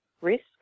risk